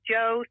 Joe